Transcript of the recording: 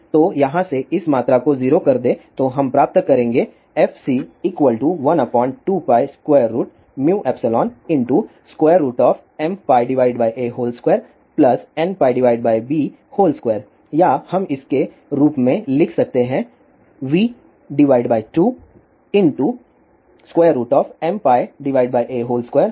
तो यहाँ से इस मात्रा को 0 कर दें तो हम प्राप्त करेंगे fc12πμεmπa2nπb2 या हम इसके रूप में लिख सकते v2mπa2nπb2 हैं